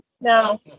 no